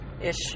Ish